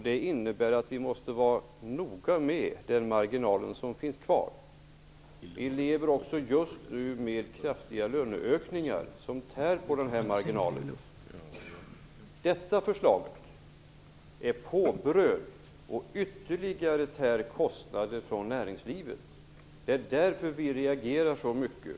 Det innebär att vi måste vara noga med den marginal som finns kvar. Vi lever också just nu med kraftiga löneökningar som tär på marginalen. Detta förslag är påbröd och lägger ytterligare kostnader på näringslivet. Det är därför vi reagerar så mycket.